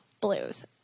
blues